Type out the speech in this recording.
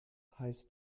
heißt